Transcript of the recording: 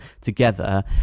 together